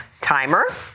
Timer